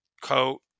coat